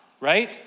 right